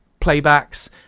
playbacks